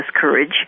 courage